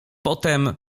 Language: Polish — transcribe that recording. potem